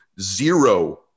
zero